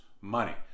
money